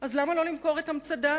אז למה לא למכור את המצדה?